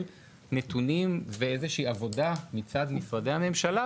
נתונים ואיזושהי עבודה מצד משרדי הממשלה,